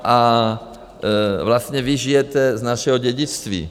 A vlastně vy žijete z našeho dědictví.